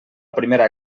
primera